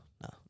no